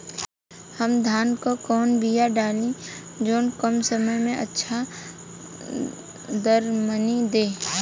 हम धान क कवन बिया डाली जवन कम समय में अच्छा दरमनी दे?